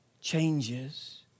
changes